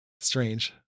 strange